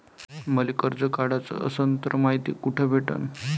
मले कर्ज काढाच असनं तर मायती कुठ भेटनं?